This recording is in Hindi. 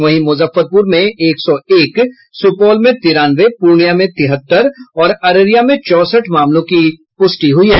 वहीं मुजफ्फरपुर में एक सौ एक सुपौल में तिरानवे पूर्णियां में तिहतर और अररिया में चौसठ मामलों की पुष्टि हुई है